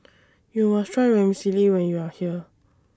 YOU must Try Vermicelli when YOU Are here